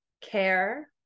care